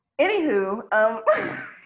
Anywho